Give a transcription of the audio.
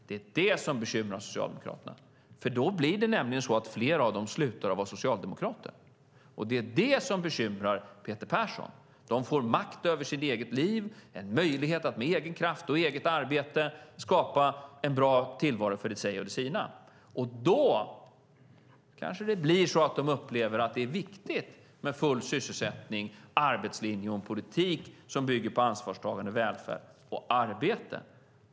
Det är det som bekymrar Socialdemokraterna, för då slutar nämligen fler av dem att vara socialdemokrater. Det är det som bekymrar Peter Persson. De får makt över sitt eget liv, en möjlighet att med egen kraft och eget arbete skapa en bra tillvaro för sig och de sina. Då kanske det blir så att de upplever att det är viktigt med full sysselsättning, arbetslinje och en politik som bygger på ansvarstagande, välfärd och arbete.